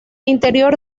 interior